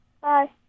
Bye